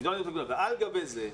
אבל על גבי זה,